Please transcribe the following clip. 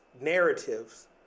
narratives